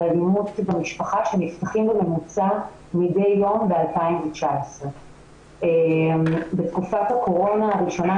אלימות במשפחה שנפתחים בממוצע מדי יום ב- 2019. בתקופת הקורונה הראשונה,